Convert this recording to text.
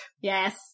Yes